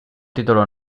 título